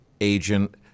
agent